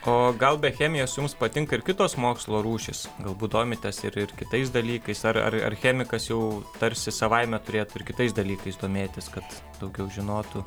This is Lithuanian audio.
o gal be chemijos jums patinka ir kitos mokslo rūšys galbūt domitės ir ir kitais dalykais ar ar ar chemikas jau tarsi savaime turėtų ir kitais dalykais domėtis kad daugiau žinotų